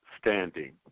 standing